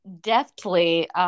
deftly